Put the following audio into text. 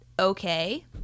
okay